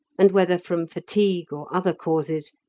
and, whether from fatigue or other causes,